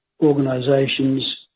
organisations